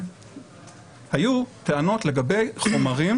היו טענות לגבי חומרים